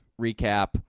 recap